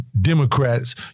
Democrats